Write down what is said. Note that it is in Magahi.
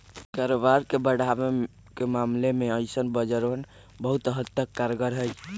कारोबार के बढ़ावे के मामले में ऐसन बाजारवन बहुत हद तक कारगर हई